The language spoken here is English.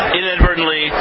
inadvertently